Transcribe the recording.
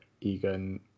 Egan